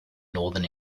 northern